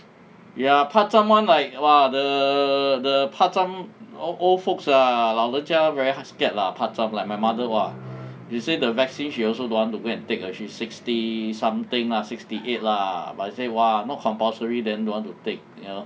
ya pa zam one like !wah! the the pa zam old old folks lah 老人家 very scared lah pa zam like my mother !wah! you see the vaccine she also don't want to go and take ah she sixty something ah sixty eight lah but she say !wah! not compulsory then don't want to take you know